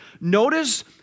Notice